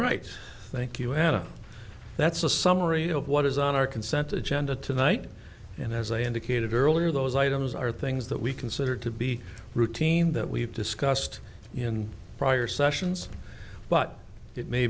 right thank you adam that's a summary of what is on our consent agenda tonight and as i indicated earlier those items are things that we consider to be routine that we've discussed in prior sessions but it may